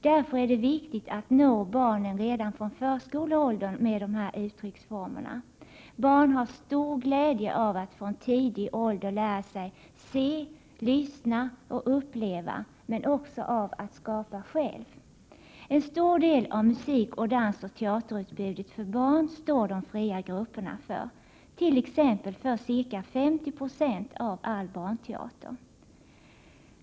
Därför är det viktigt att nå barnen redan från förskoleåldern med dessa uttrycksformer. Barn har stor glädje av att från tidig ålder lära sig se, lyssna och uppleva men också av att skapa själva. En stor del av musik-, dansoch teaterutbudet för barn står de fria grupperna för — t.ex. ca 50 90 av all barnteater.